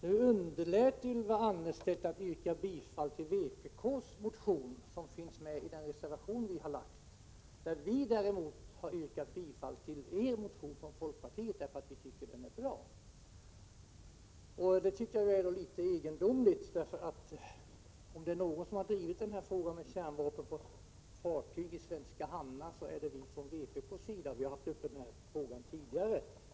Nu underlät Ylva Annerstedt att yrka bifall till vpk:s motion som finns nämnd i vår reservation. I denna har vi däremot yrkat bifall till folkpartiets motion, eftersom vi tycker att den är bra. Jag tycker att detta är litet egendomligt, därför att om det är något parti som har drivit frågan om kärnvapen på fartyg i svenska hamnar så är det vpk. Vi har haft denna fråga uppe tidigare.